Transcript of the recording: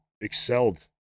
excelled